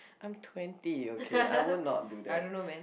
I'm twenty okay I would not do that